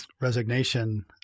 resignation